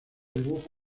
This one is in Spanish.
dibujos